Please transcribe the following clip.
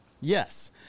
Yes